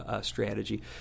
strategy